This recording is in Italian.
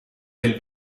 del